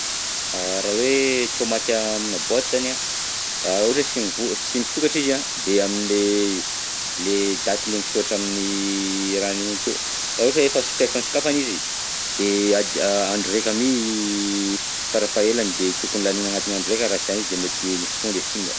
Raha hoe tomate aminà boaty zany an, a raha ohatra hoe tsy mivoha, tsy misokatra izy an, de amile, le date le misoratra aminy rahany iny akeo raha ohatra hoe efa soka- efa nosokafana izy, de de andro raika mi farafahaelany, de tokony laniana agnatiny andro raika raha sy izany izy de mety tonga de simba.